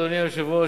אדוני היושב-ראש,